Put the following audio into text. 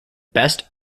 best